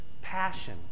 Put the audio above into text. passion